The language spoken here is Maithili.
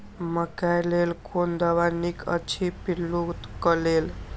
मकैय लेल कोन दवा निक अछि पिल्लू क लेल?